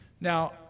Now